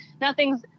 nothing's